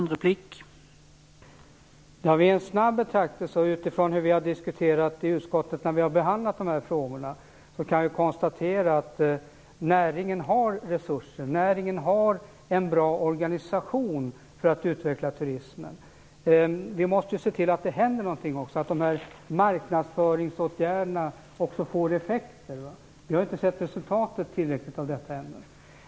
Herr talman! Vid en snabb betraktelse och utifrån hur vi har diskuterat i utskottet när vi har behandlat de här frågorna kan jag konstatera att näringen har resurser. Näringen har en bra organisation för att utveckla turismen. Vi måste se till att det händer någonting också, att marknadsföringsåtgärderna får effekter. Vi har inte sett ett tillräckligt resultat av detta ännu.